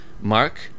Mark